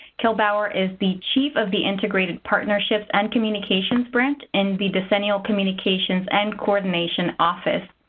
kaile bower is the chief of the integrated partnership and communications branch and the decennial communications and coordination office.